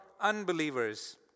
unbelievers